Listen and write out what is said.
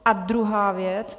A druhá věc.